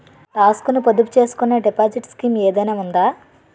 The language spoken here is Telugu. టాక్స్ ను పొదుపు చేసుకునే డిపాజిట్ స్కీం ఏదైనా ఉందా?